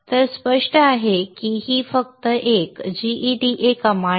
तर स्पष्ट आहे की ही फक्त एक gEDA कमांड आहे